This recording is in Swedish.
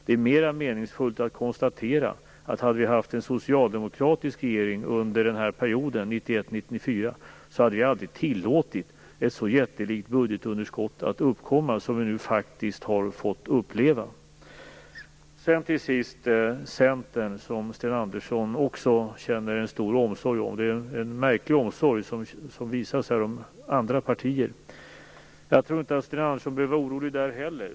Det är mer meningsfullt att konstatera att hade vi haft en socialdemokratisk regering under perioden 1991-1994, hade ett så jättelikt budgetunderskott som vi nu har fått uppleva aldrig tillåtits att uppkomma. Till sist känner Sten Andersson en stor omsorg om Centern. Det är en märklig omsorg som visas andra partier. Jag tror inte att Sten Andersson behöver vara orolig på den punkten heller.